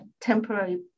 temporary